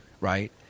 right